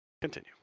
Continue